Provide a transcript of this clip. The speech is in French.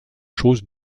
choses